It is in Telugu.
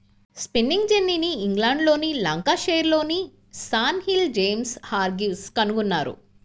స్పిన్నింగ్ జెన్నీని ఇంగ్లండ్లోని లంకాషైర్లోని స్టాన్హిల్ జేమ్స్ హార్గ్రీవ్స్ కనుగొన్నారు